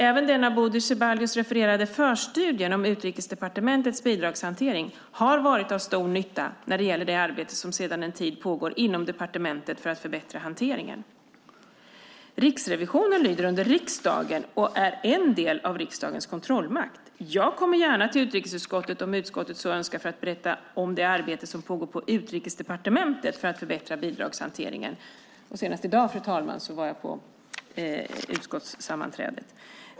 Även den av Bodil Ceballos refererade förstudien om Utrikesdepartementets bidragshantering har varit av stor nytta när det gäller det arbete som sedan en tid pågår inom departementet för att förbättra hanteringen. Riksrevisionen lyder under riksdagen och är en del av riksdagens kontrollmakt. Jag kommer gärna till utrikesutskottet om utskottet så önskar för att berätta om det arbete som pågår på Utrikesdepartementet för att förbättra bidragshanteringen. Senast i dag, fru talman, var jag på utskottssammanträde.